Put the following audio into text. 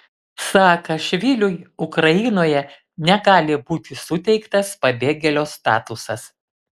saakašviliui ukrainoje negali būti suteiktas pabėgėlio statusas